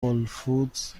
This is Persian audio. هولفودز